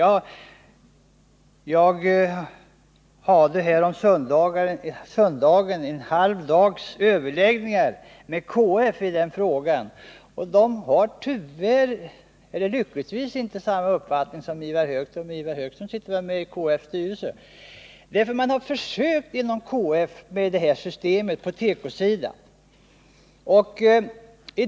Jag hade häromsöndagen en halv dags överläggningar med KF i den frågan, och man har där lyckligtvis inte samma uppfattning som Ivar Högström — och Ivar Högström sitter väl med i KF:s styrelse. Man har inom KF försökt med detta system på tekosidan.